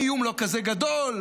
האיום לא כזה גדול,